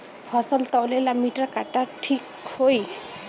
फसल तौले ला मिटर काटा ठिक होही?